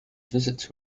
visit